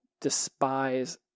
despise